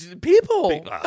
People